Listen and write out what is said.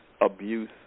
abuse